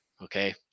okay